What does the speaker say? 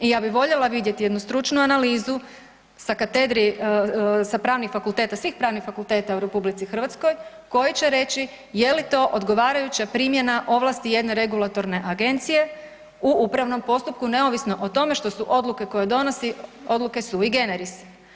I ja bi voljela vidjet jednu stručnu analizu sa katedri sa pravnih fakulteta, svih pravnih fakulteta u RH koji će reći je li to odgovarajuća primjena ovlasti jedne regulatorne agencije u upravnom postupku neovisno o tome što su odluke koje donosi odluke sui generis.